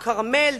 כרמל,